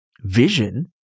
vision